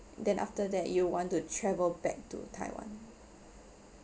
then after that you want to travel back to taiwan